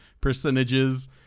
percentages